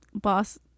Boss